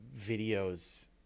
videos